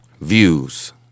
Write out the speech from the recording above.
Views